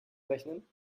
rechnen